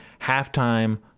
Halftime